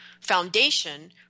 foundation